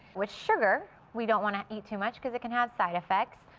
with sugar, we don't want to eat too much because it can have side effects.